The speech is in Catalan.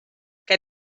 què